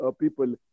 people